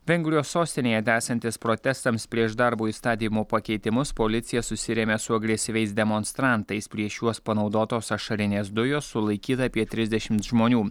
vengrijos sostinėje tęsiantis protestams prieš darbo įstatymo pakeitimus policija susirėmė su agresyviais demonstrantais prieš juos panaudotos ašarinės dujos sulaikyta apie trisdešimt žmonių